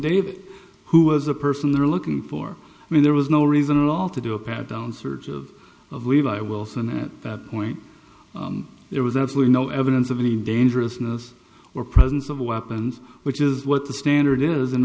dave who was the person they're looking for i mean there was no reason at all to do a pat down search of levi wills and at that point there was absolutely no evidence of any dangerousness or presence of weapons which is what the standard is in